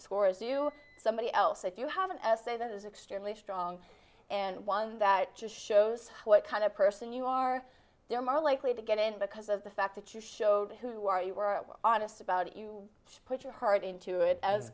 score as you somebody else if you have an essay that is extremely strong and one that just shows what kind of person you are you're more likely to get in because of the fact that you showed who are you were honest about it you put your heart into it as